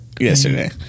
yesterday